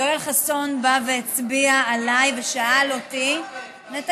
יואל חסון בא והצביע עליי ושאל אותי, מה לתקן?